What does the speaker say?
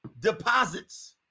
deposits